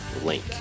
link